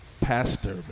pastor